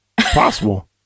Possible